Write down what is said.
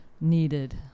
needed